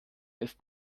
ist